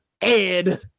Ed